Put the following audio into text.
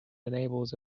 enables